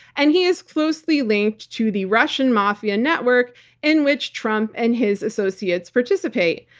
and he is closely linked to the russian mafia network in which trump and his associates participate.